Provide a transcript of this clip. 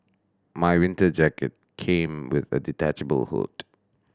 my winter jacket came with a detachable hood